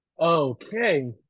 Okay